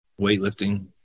weightlifting